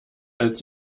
als